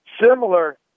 similar